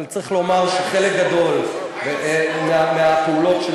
אבל צריך לומר שחלק גדול מהפעולות של